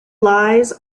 lies